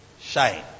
shine